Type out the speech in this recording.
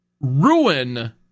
ruin